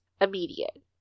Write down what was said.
immediate